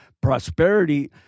prosperity